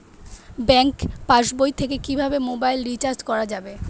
Bank পাশবই থেকে কিভাবে মোবাইল রিচার্জ করা যাবে?